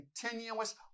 continuous